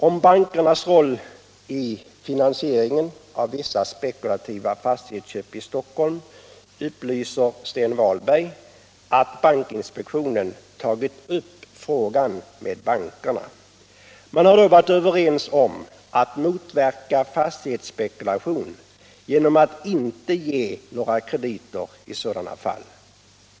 Om bankernas roll i finansieringen av vissa spekulativa fastighetsköp i Stockholm upplyser Sten Wahlberg att bankinspektionen tagit upp frågan med bankerna. Man har då varit överens om att motverka fas tighetsspekulationen genom att inte ge några krediter i sådana fall.